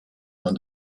man